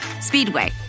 Speedway